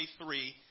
23